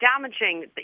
damaging